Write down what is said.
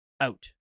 out